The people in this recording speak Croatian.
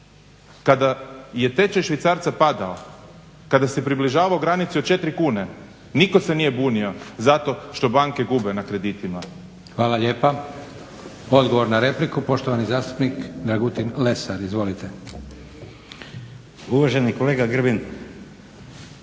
Kada je tečaj švicarca padao, kada se približavao granici od 4 kune nitko se nije bunio zato što banke gube na kreditima.